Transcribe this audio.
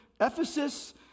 Ephesus